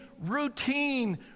routine